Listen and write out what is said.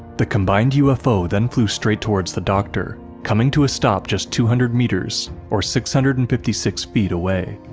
the combined ufo then flew straight towards the doctor, coming to a stop just two hundred meters, or six hundred and fifty six feet away.